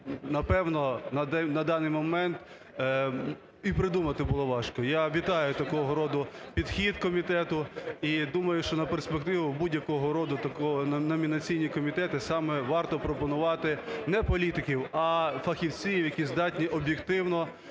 напевно, на даний момент і придумати було важко. Я вітаю такого роду підхід комітету і думаю, що на перспективу будь-якого роду такого в номінаційні комітети саме варто пропонувати не політиків, а фахівців, які здатні об'єктивно